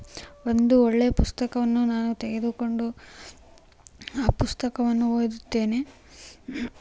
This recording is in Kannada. ಒಂದು ಒಳ್ಳೆಯ ಪುಸ್ತಕವನ್ನು ನಾನು ತೆಗೆದುಕೊಂಡು ಆ ಪುಸ್ತಕವನ್ನು ಓದುತ್ತೇನೆ